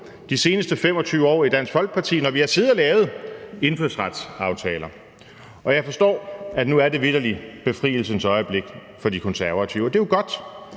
de seneste 25 år i Dansk Folkeparti, når vi har siddet og lavet indfødsretsaftaler. Og jeg forstår, at nu er det vitterlig befrielsens øjeblik for De Konservative, og det er jo godt,